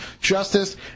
justice